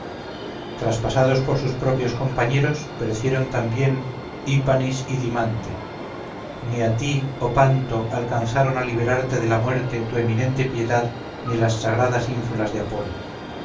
traspasados por sus propios compañeros perecieron también hípanis y dimante ni a ti oh panto alcanzaron a liberarte de la muerte tu eminente piedad ni las sagradas ínfulas de apolo